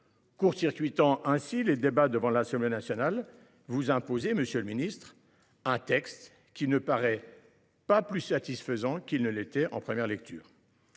court circuitant ainsi les débats à l’Assemblée nationale, vous imposez, monsieur le ministre, un texte qui ne me paraît pas plus satisfaisant qu’en première lecture.